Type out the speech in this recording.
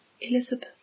Elizabeth